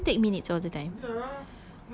oh you take minutes all the time